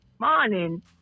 morning